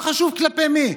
לא חשוב כלפי מי,